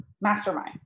mastermind